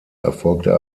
erfolgte